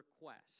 request